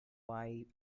why